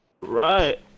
Right